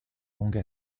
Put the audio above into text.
longue